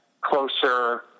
closer